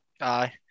Aye